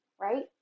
right